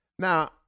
Now